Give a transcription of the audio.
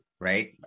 right